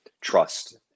trust